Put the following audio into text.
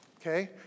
okay